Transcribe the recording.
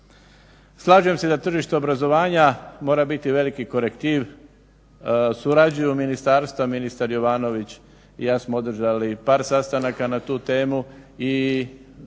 Slažem se da tržište obrazovanja mora biti veliki korektiv. Surađuju ministarstva, ministar Jovanović i ja smo održali par sastanaka na tu temu